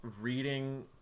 reading